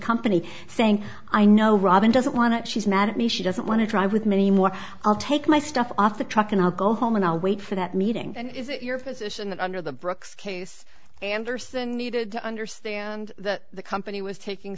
company saying i know robin doesn't want she's mad at me she doesn't want to drive with many more i'll take my stuff off the truck and i'll go home and i'll wait for that meeting and is it your position that under the brooks case anderson needed to understand that the company was taking